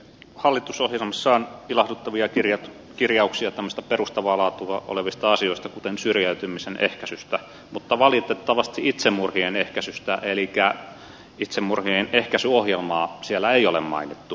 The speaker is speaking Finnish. hallitusohjelmassaan pilajuttuja kirja kirjauksiatamista perustavaa laatua olevista asioista kuten syrjäytymisen ehkäisystä mutta valitettavasti itsemurhien ehkäisystä eliittiä itsemurhien ehkäisyohjelmaa siellä ei ole mainittu